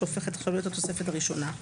שהופכת להיות התוספת הראשונה.